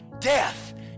death